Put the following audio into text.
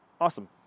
Awesome